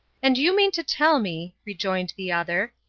and you mean to tell me, rejoined the other,